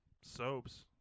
soaps